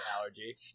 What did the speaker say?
allergy